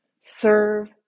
serve